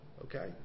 okay